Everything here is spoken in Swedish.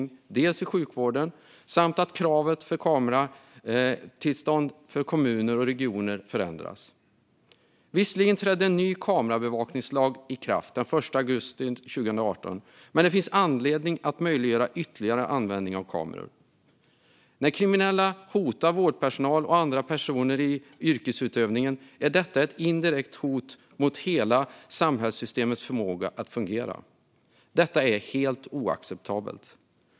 Det gäller dels kamerabevakning i sjukvården, dels förändring av kravet på kameratillstånd för kommuner och regioner. Visserligen trädde en ny kamerabevakningslag i kraft den 1 augusti 2018, men det finns anledning att möjliggöra ytterligare användning av kameror. När kriminella hotar vårdpersonal och andra personer i deras yrkesutövning är det ett indirekt hot mot hela samhällssystemets förmåga att fungera. Detta är helt oacceptabelt.